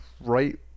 right